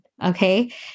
Okay